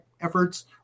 efforts